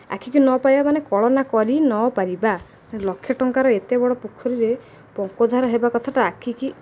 ଆଖିକି ନ ପାଇବା ମାନେ କଳନା କରି ନ ପାରିବା ଲକ୍ଷ ଟଙ୍କାର ଏତେ ବଡ଼ ପୋଖରୀରେ ପଙ୍କଧାର ହେବା କଥାଟା ଆଖିକି